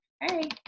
hey